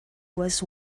was